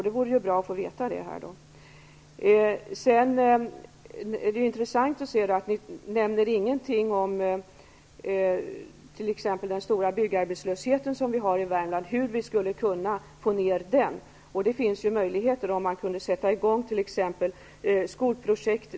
Det vore bra att få veta det här. Det är intressant att ni inte nämner någonting om hur vi t.ex. skulle kunna få ned den stora byggarbetslöshet som vi har i Värmland. Det finns möjligheter att t.ex. sätta i gång skolprojekt.